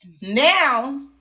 now